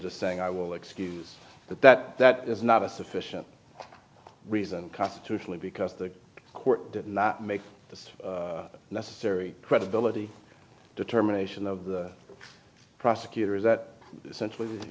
just saying i will excuse that that that is not a sufficient reason constitutionally because the court did not make the necessary credibility determination of the prosecutor is that